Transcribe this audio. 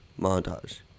montage